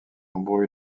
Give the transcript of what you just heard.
nombreux